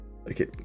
Okay